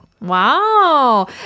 Wow